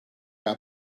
are